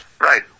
Right